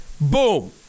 boom